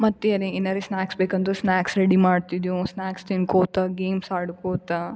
ಮತ್ತು ಏನು ಏನಾರೆ ಸ್ನಾಕ್ಸ್ ಬೇಕಂದರು ಸ್ನಾಕ್ಸ್ ರೆಡಿ ಮಾಡ್ತಿದ್ದೆವು ಸ್ನಾಕ್ಸ್ ತಿನ್ಕೋತ ಗೇಮ್ಸ್ ಆಡ್ಕೋತ